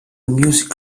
music